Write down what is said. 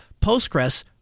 Postgres